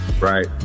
right